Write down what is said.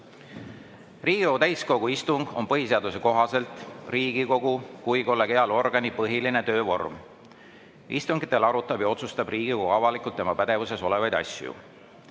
Riigikogu täiskogu istung on põhiseaduse kohaselt Riigikogu kui kollegiaalorgani põhiline töövorm. Istungitel arutab ja otsustab Riigikogu avalikult tema pädevuses olevaid asju.